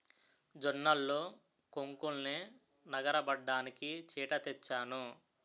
జొన్నల్లో కొంకుల్నె నగరబడ్డానికి చేట తెచ్చాను